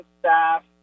staff